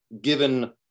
given